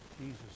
Jesus